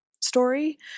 story